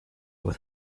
with